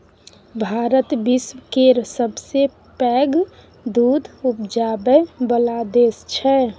भारत विश्व केर सबसँ पैघ दुध उपजाबै बला देश छै